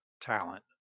talent